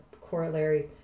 corollary